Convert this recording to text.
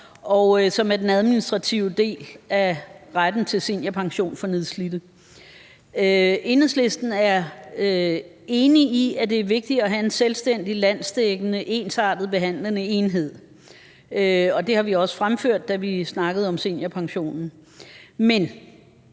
og som er den administrative del af retten til seniorpension for nedslidte. Enhedslisten er enige i, at det er vigtigt, at have en selvstændig, landsdækkende, ensartet, behandlende enhed. Og det har vi også fremført, da vi snakkede om seniorpensionen. Men